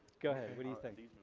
go ahead what do you think?